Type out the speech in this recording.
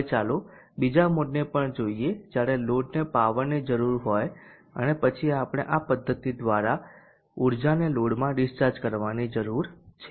હવે ચાલો બીજા મોડને પણ જોઈએ જ્યારે લોડને પાવરની જરૂર હોય અને પછી આપણે આ પદ્ધતિ દ્વારા ઊર્જાને લોડમાં ડિસ્ચાર્જ કરવાની જરૂર છે